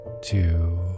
two